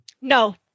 No